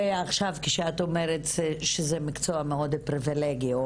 ועכשיו כשאת אומרת שזה מקצוע מאוד פריבילגי או